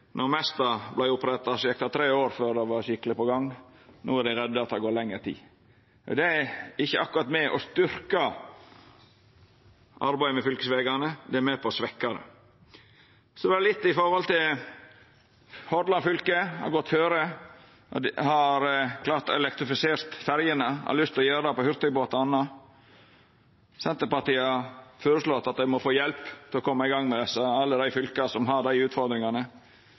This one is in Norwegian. Mesta vart oppretta, gjekk det tre år før det var skikkeleg i gang, og no er dei redde det går lengre tid. Det er ikkje akkurat med på å styrkja arbeidet med fylkesvegane, det er med på å svekkja det. Så litt om Hordaland fylke, som har gått føre, har klart å elektrifisera ferjene og har lyst til å gjera det på hurtigbåtane. Senterpartiet har føreslått at dei må få hjelp til å koma i gang med dette, alle dei fylka som har dei utfordringane.